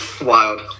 wild